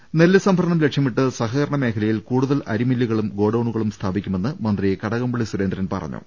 ട നെല്ല് സംഭരണം ലക്ഷ്യമിട്ട് സഹകരണ മേഖലയിൽ കൂടുതൽ അരിമില്ലുകളും ഗോഡൌണുകളും സ്ഥാപിക്കുമെന്ന് മന്ത്രി കടകംപള്ളി സുരേന്ദ്രൻ പറഞ്ഞു